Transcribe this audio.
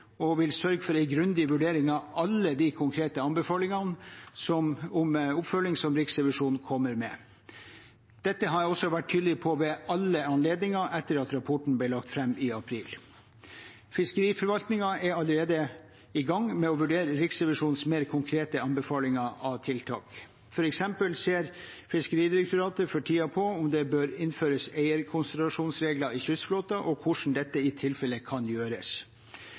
og vil sørge for en grundig vurdering av alle de konkrete anbefalingene om oppfølging som Riksrevisjonen kommer med. Dette har jeg også vært tydelig på ved alle anledninger etter at rapporten ble lagt fram i april. Fiskeriforvaltningen er allerede i gang med å vurdere Riksrevisjonens mer konkrete anbefalinger av tiltak. For eksempel ser Fiskeridirektoratet for tiden på om det bør innføres eierkonsentrasjonsregler i kystflåten, og hvordan dette i tilfelle kan gjøres.